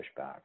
pushback